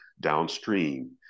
downstream